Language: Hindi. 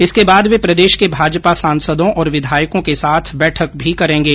इसके बाद वे प्रदेश के भाजपा सांसदों और विधायकों के साथ बैठक भी करेंगे